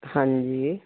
ਹਾਂਜੀ